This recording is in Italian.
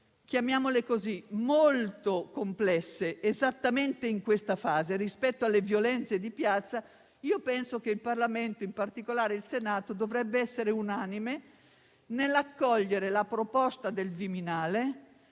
giornate molto complesse, in questa fase, rispetto alle violenze di piazza, penso che il Parlamento, in particolare il Senato, dovrebbe essere unanime nell'accogliere la proposta del Viminale